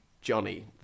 Johnny